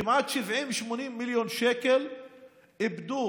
שכמעט 70 80 מיליון שקל איבדו